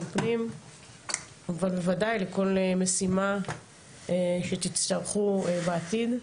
פנים ובוודאי לכל משימה שתצטרכו בעתיד,